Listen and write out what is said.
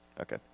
Okay